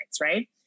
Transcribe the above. Right